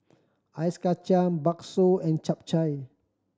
Ice Kachang bakso and Chap Chai